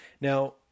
Now